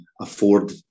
afford